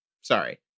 Sorry